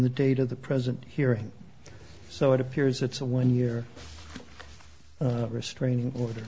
the date of the present hearing so it appears it's a one year restraining order